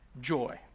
joy